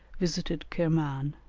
visited kirman